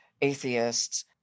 atheists